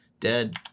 Dead